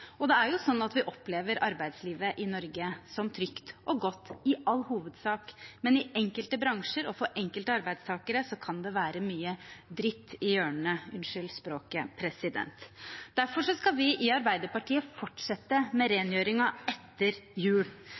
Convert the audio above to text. Det er jo slik at vi opplever arbeidslivet i Norge som trygt og godt, i all hovedsak, men i enkelte bransjer og for enkelte arbeidstakere kan det være mye dritt i hjørnene – unnskyld språket. Derfor skal vi i Arbeiderpartiet fortsette med rengjøringen etter jul.